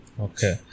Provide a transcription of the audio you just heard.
Okay